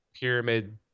pyramid